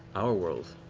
our world,